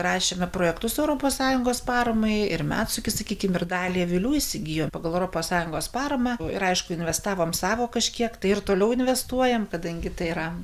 rašėme projektus europos sąjungos paramai ir medsukį sakykim ir dalį avilių įsigijom pagal europos sąjungos paramą ir aišku investavome savo kažkiek tai ir toliau investuojam kadangi tai yra